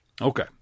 Okay